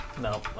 No